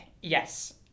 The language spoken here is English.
yes